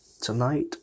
tonight